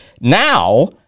now